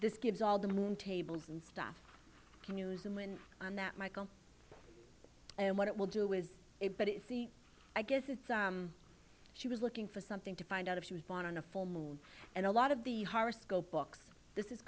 this gives all the moon tables and stuff can you zoom in on that michel and what it will do with it but it's the i guess that she was looking for something to find out if she was born on a full moon and a lot of the horoscope books this is